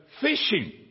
fishing